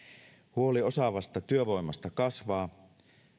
huoli osaavasta työvoimasta kasvaa